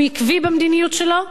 הוא עקבי במדיניות שלו.